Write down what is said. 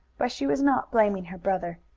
but she was not blaming her brother.